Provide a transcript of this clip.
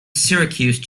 syracuse